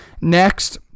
Next